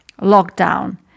Lockdown